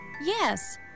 Yes